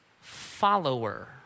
follower